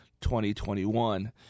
2021